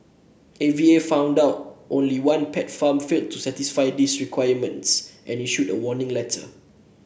A V A found that only one pet farm failed to satisfy these requirements and issued a warning letter